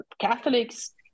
Catholics